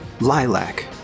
Lilac